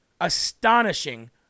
astonishing